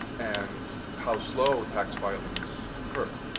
and how slow tax filings occur.